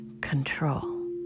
control